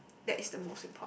that is the most important